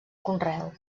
conreu